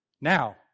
Now